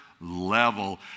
Level